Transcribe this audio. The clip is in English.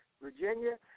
Virginia